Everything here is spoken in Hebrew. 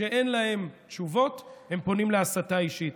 כשאין להם תשובות, הם פונים להסתה אישית.